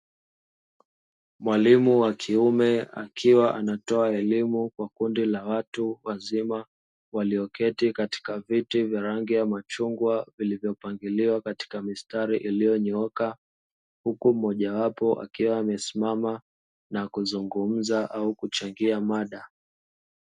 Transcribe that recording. Mwalimu wa kiume akiwa anatoa elimu kwa kundi la watu wazima, walioketi katika viti vyenye rangi ya machungwa vilivyopangiliwa katika mistari iliyonyooka. Huku mmoja wao akiwa amesimama na kuzungumza au kuchangia mada.